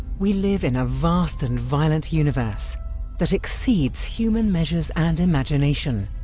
we live in a vast and violent universe that exceeds human measures and imagination,